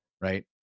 right